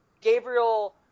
Gabriel